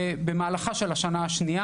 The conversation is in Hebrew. במהלכה של שנה שנייה,